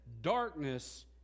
darkness